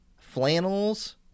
flannels